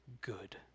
good